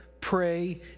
pray